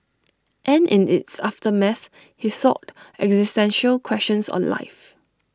and in its aftermath he sought existential questions on life